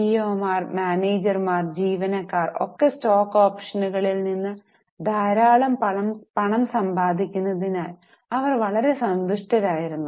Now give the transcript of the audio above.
സിഇഒമാർ മാനേജർമാർ ജീവനക്കാർ ഒക്കെ സ്റ്റോക്ക് ഓപ്ഷനുകളിൽ നിന്ന് ധാരാളം പണം സമ്പാദിക്കുന്നതിനാൽ അവർ വളരെ സന്തുഷ്ടരായിരുന്നു